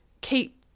keep